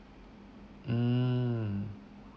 mm